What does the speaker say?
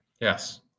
Yes